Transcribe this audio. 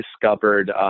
discovered